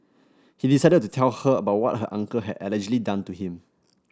he decided to tell her about what her uncle had allegedly done to him